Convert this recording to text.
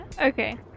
Okay